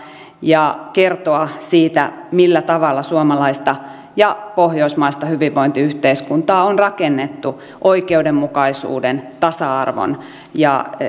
ja kertoa siitä millä tavalla suomalaista ja pohjoismaista hyvinvointiyhteiskuntaa on rakennettu oikeudenmukaisuuden tasa arvon ja